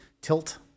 tilt